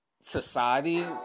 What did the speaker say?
society